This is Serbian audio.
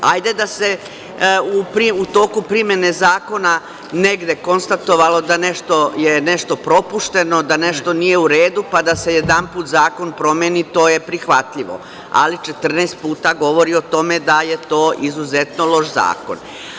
Hajde da se u toku primene zakona negde konstatovalo da je nešto propušteno, da nešto nije u redu, pa da se jedanput zakon promeni, to je prihvatljivo, ali 14 puta govori o tome da je to izuzetno loš zakon.